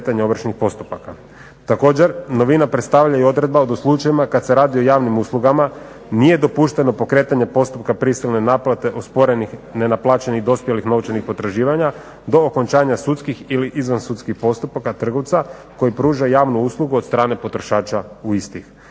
Također, novina predstavlja i odredbe u slučajevima kada se radi o javnim uslugama, nije dopušteno pokretanje postupka prisilne naplate osporenih nenaplaćenih dospjelih novčanih potraživanja do okončanja sudskih ili izvan sudskih postupaka trgovca koji pruža javnu uslugu od strane potrošača u isti.